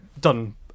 done